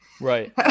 Right